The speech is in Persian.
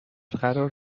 قرار